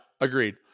agreed